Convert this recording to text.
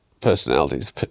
personalities